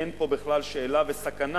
אין פה בכלל שאלה וסכנה.